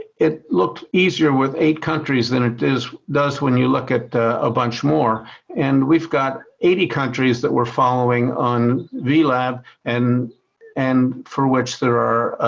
it looked easier with eight countries than it does when you look at a bunch more and we've got eighty countries that we're following on vlab and and for which there are